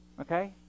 Okay